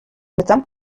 mitsamt